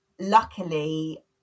luckily